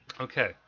Okay